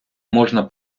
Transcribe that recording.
можна